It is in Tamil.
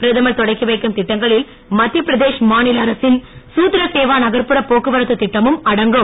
பிரதமர் தொடக்கி வைக்கும் திட்டங்களில் மத்திய பிரதேஷ் மாநில அரசின் தத்ர சேவா நகர்புற போக்குவரத்து திட்டமும் அடங்கும்